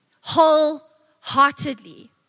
wholeheartedly